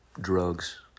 drugs